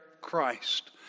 Christ